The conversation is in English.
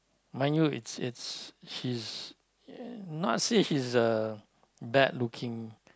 mind you it's it's she's n~ not say she's bad looking